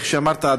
כמו שאמרת,